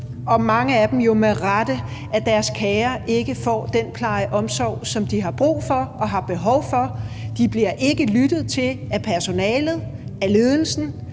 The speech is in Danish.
og mange af dem jo med rette – at deres kære ikke får den pleje og omsorg, som de har brug for, og som de har behov for? De bliver ikke lyttet til af personalet, af ledelsen,